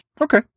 Okay